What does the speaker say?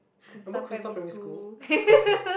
remember Queenstown-Primary-School